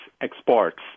exports